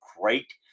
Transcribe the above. great